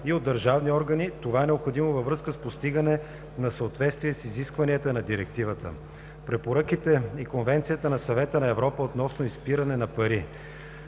и от държавни органи, това е необходимо във връзка с постигане на съответствие с изискванията на Директивата, Препоръките на FATF и Конвенцията на Съвета на Европа относно изпиране на пари.